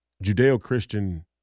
Judeo-Christian